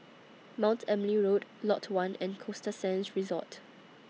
Mount Emily Road Lot one and Costa Sands Resort